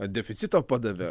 deficito padavė